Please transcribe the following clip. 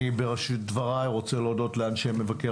אני בראשית דברי רוצה להודות לאנשי מבקר